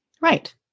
Right